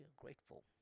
grateful